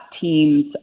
team's